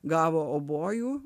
gavo obojų